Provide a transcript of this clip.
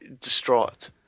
distraught